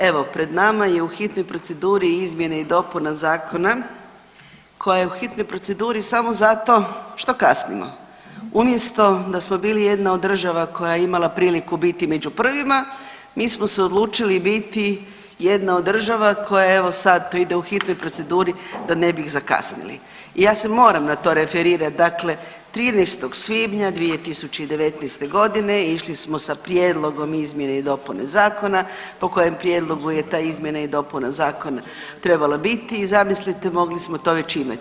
Evo pred nama je u hitnoj proceduri izmjene i dopuna zakona koja je u hitnoj proceduri samo zato što kasnimo, umjesto da smo bili jedna od država koja je imala priliku biti među prvima, mi smo se odlučili biti jedna od država koja evo, sad to ide u hitnoj proceduri da ne bi zakasnili i ja se moram na to referirati, dakle 13. svibnja 2019. g. išli smo sa prijedlogom izmjene i dopune zakona po kojem prijedlogu je ta izmjena i dopuna zakona trebala biti i zamislite, mogli smo to već imati.